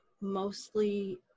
mostly